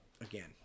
again